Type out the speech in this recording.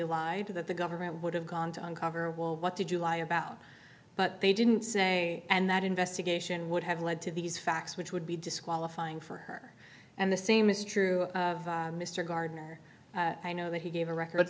allied to that the government would have gone to uncover well what did you lie about but they didn't say and that investigation would have led to these facts which would be disqualifying for her and the same is true mr gardner i know that he gave a record